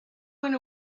went